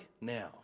now